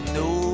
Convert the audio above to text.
no